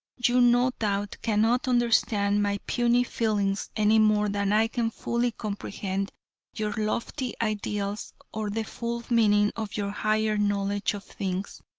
you no doubt, cannot understand my puny feelings any more than i can fully comprehend your lofty ideals or the full meaning of your higher knowledge of things.